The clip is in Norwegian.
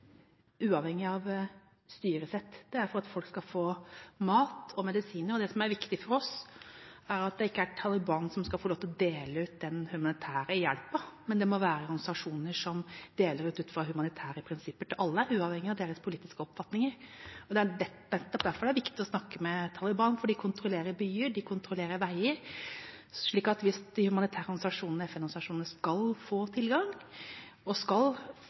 uavhengig av styresett. Det er for at folk skal få mat og medisiner. Det som er viktig for oss, er at det ikke er Taliban som skal få lov til å dele ut den humanitære hjelpen, men at det må være organisasjoner som deler ut til alle utfra humanitære prinsipper, uavhengig av deres politiske oppfatninger. Det er nettopp derfor det er viktig å snakke med Taliban. De kontrollerer byer, de kontrollerer veier, slik at hvis de humanitære organisasjonene og FN-organisasjonene skal få tilgang og makt over hvilke prinsipper som skal